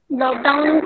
lockdown